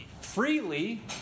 freely